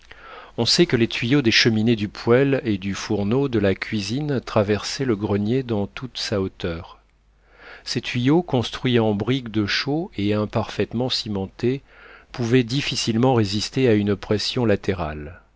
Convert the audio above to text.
on sait que les tuyaux des cheminées du poêle et du fourneau de la cuisine traversaient le grenier dans toute sa hauteur ces tuyaux construits en briques de chaux et imparfaitement cimentés pouvaient difficilement résister à une pression latérale